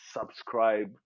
subscribe